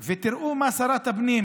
תראו מה אומרת שרת הפנים: